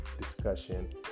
discussion